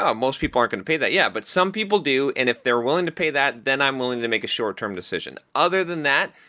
ah most people aren't going to pay that. yeah, but some people do, and if they're willing to pay that then i'm willing to make a short-term decision. other than that,